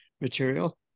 material